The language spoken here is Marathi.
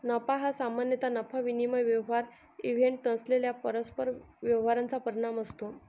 नफा हा सामान्यतः नफा विनिमय व्यवहार इव्हेंट नसलेल्या परस्पर व्यवहारांचा परिणाम असतो